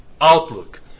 outlook